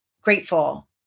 grateful